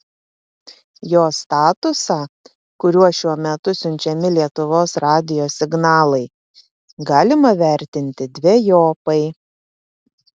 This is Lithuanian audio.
jo statusą kuriuo šiuo metu siunčiami lietuvos radijo signalai galima vertinti dvejopai